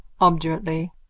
obdurately